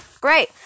Great